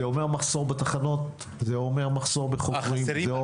זה אומר מחסור בתחנות, זה אומר מחסור בחוקרים.